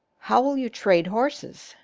how will you trade horses?